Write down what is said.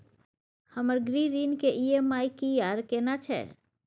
हमर गृह ऋण के ई.एम.आई की आर केना छै?